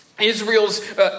Israel's